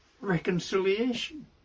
reconciliation